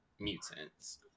mutants